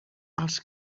als